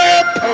up